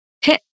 hit